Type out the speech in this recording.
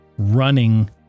Running